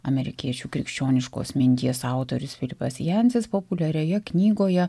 amerikiečių krikščioniškos minties autorius filipas jansas populiarioje knygoje